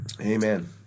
Amen